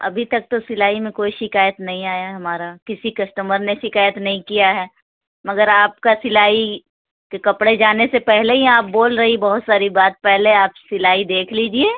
ابھی تک تو سلائی میں کوئی شکایت نہیں آیا ہے ہمارا کسی کسٹمر نے شکایت نہیں کیا ہے مگر آپ کا سلائی کے کپڑے جانے سے پہلے ہی آپ بول رہی بہت ساری بات پہلے آپ سلائی دیکھ لیجیے